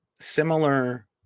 Similar